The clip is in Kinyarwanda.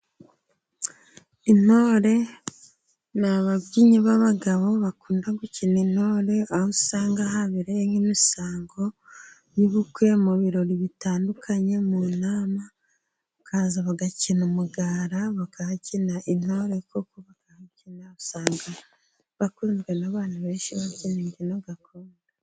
Intore ni ababyinnyi b'abagabo bakunda gukubyina, intore aho usanga habereye nk'imisango y'ubukwe mu birori bitandukanye mu nama, bakaza bagakina umugara bakahakina intore ko kuko bakahakina usanga bakunzwe n'abantu benshi babyinambye n'agakobwa.